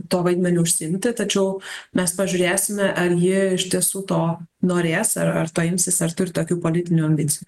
tuo vaidmeniu užsiimti tačiau mes pažiūrėsime ar ji iš tiesų to norės ar ar to imsis ar turi tokių politinių ambicijų